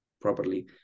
properly